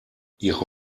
ihre